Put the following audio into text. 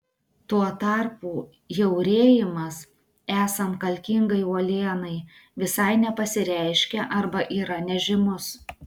tuo tarpu jaurėjimas esant kalkingai uolienai visai nepasireiškia arba yra nežymus